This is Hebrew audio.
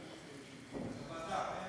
לוועדה.